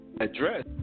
address